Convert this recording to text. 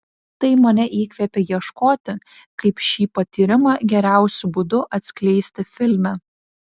tai mane įkvėpė ieškoti kaip šį patyrimą geriausiu būdu atskleisti filme